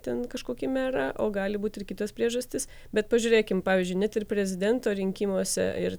ten kažkokį merą o gali būti ir kitos priežastys bet pažiūrėkime pavyzdžiui net ir prezidento rinkimuose ir